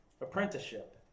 apprenticeship